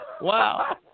Wow